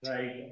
Right